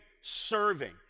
serving